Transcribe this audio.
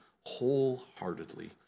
wholeheartedly